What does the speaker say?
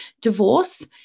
divorce